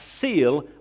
seal